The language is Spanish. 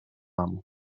amo